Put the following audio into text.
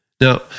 Now